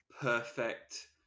perfect